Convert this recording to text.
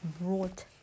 brought